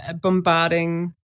bombarding